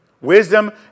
wisdom